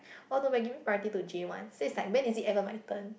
oh no we're giving priority to J ones then is like when is it ever my turn